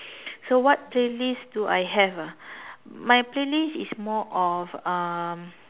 so what playlist do I have ah my playlist is more of um